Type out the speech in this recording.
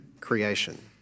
creation